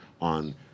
on